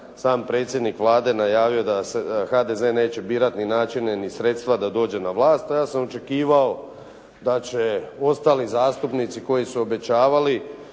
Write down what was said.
sam predsjednik Vlade najavio da HDZ neće birati ni načine ni sredstava da dođe na vlast. Pa ja sam očekivao da će ostali zastupnici koji su obećavali